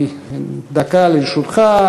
דקה לרשותך.